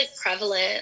prevalent